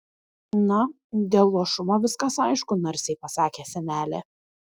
na dėl luošumo viskas aišku narsiai pasakė senelė